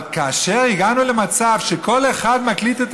אבל כאשר הגענו למצב שכל אחד מקליט את